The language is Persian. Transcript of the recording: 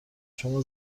شما